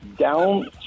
down